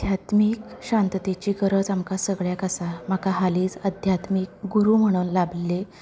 अध्यात्मीक शांततेची गरज आमकां सगळ्यांक आसा म्हाका हालीच अध्यात्मीक गुरू म्हणून लाबिल्ले